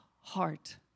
heart